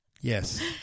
Yes